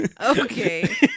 Okay